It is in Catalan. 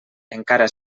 encara